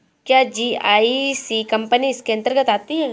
क्या GIC company इसके अन्तर्गत आती है?